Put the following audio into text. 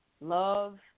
love